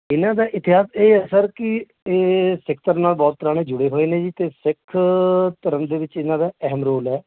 ਇਹਨਾਂ ਦਾ ਇਤਿਹਾਸ ਇਹ ਹੈ ਸਰ ਕਿ ਇਹ ਸਿੱਖ ਧਰਮ ਨਾਲ ਬਹੁਤ ਪੁਰਾਣੇ ਜੁੜੇ ਹੋਏ ਨੇ ਜੀ ਅਤੇ ਸਿੱਖ ਧਰਮ ਦੇ ਵਿੱਚ ਇਹਨਾਂ ਦਾ ਅਹਿਮ ਰੋਲ ਹੈ